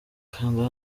kanda